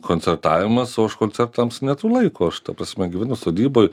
koncertavimas o aš koncertams neturiu laiko aš ta prasme gyvenu sodyboj